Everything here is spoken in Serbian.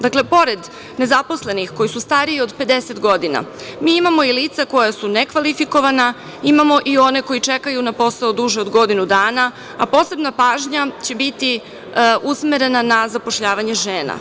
Dakle, pored nezaposleni koji su stariji od 50 godina, mi imamo i lica koja su nekvalifikovana, imamo i one kojia čekaju na posao duže od godinu dana, a posebna pažnja će biti usmerena na zapošljavanje žena.